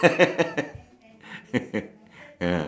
ah